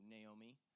Naomi